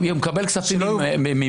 אם הוא מקבל כספים מהמאהבת?